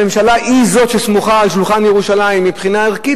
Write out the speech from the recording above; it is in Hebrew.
הממשלה היא זו שסמוכה על שולחן ירושלים מבחינה ערכית,